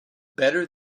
better